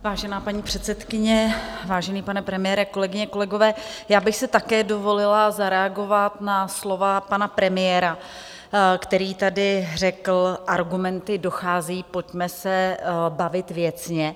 Vážená paní předsedkyně, vážený pane premiére, kolegyně, kolegové, já bych si také dovolila zareagovat na slova pana premiéra, který tady řekl: Argumenty docházejí, pojďme se bavit věcně.